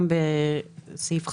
גם בסעיף 5(א),